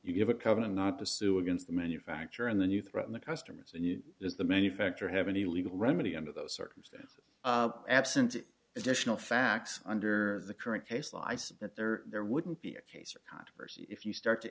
you have a covenant not to sue against the manufacturer and then you threaten the customers and you as the manufacturer have any legal remedy under those circumstances absent additional facts under the current case license that there there wouldn't be a case or controversy if you start to